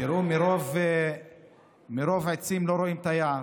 תראו, מרוב עצים לא רואים את היער,